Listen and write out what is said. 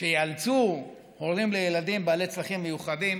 ייאלצו הורים לילדים בעלי צרכים מיוחדים